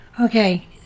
Okay